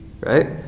right